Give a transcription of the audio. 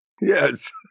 Yes